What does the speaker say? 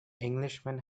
englishman